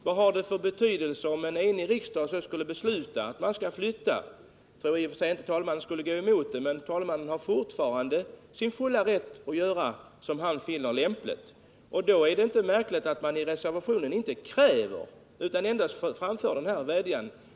Vad har det för betydelse om en enig riksdag skulle besluta att man skall flytta — jag tror i och för sig inte att talmannen skulle gå emot beslutet — då talmannen fortfarande är i sin fulla rätt att göra som han själv finner lämpligt. Därför är det inte märkligt att man i reservationen inte kräver utan endast vädjar.